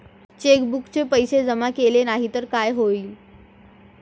चेकबुकचे पैसे जमा केले नाही तर काय होईल?